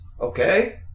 okay